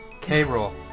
K-Roll